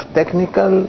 technical